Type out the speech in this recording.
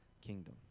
kingdom